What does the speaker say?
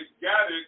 gathered